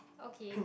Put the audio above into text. okay